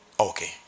Okay